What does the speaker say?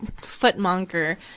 footmonker